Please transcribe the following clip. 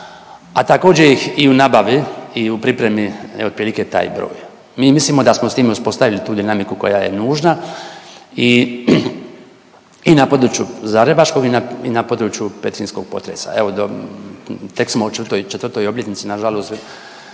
a također ih i u nabavi i u pripremi je otprilike taj broj. Mi mislimo da smo s time uspostavili tu dinamiku koja je nužna i, i na području zagrebačkog i na području petrinjskog potresa. Evo do, tek smo u 4., 4. obljetnici na žalost